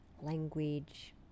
language